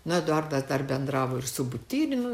na eduardas dar bendravo ir su butyrinu